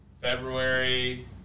February